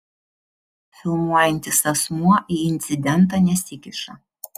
filmuojantis asmuo į incidentą nesikiša